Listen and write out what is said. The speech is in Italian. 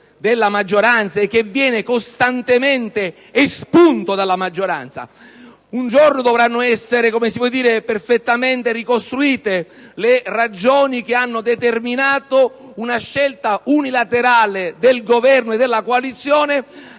della maggioranza e che tuttavia viene costantemente espunto da essa. Un giorno, dovranno essere perfettamente ricostruite le ragioni che hanno determinato la scelta unilaterale del Governo e della coalizione